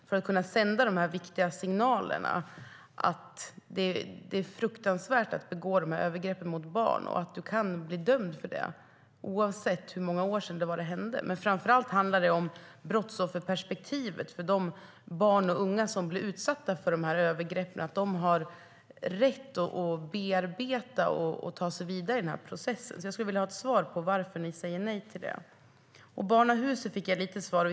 Det skulle sända den viktiga signalen att det är fruktansvärt att begå de här övergreppen mot barn och att man kan bli dömd för det, oavsett hur många år det är sedan det hände. Framför allt handlar det om brottsofferperspektivet, för de barn och unga som blir utsatta för de här övergreppen har rätt att bearbeta dem och ta sig vidare i processen. Jag skulle vilja ha ett svar på varför ni säger nej till det. Frågan om barnahusen fick jag lite svar på.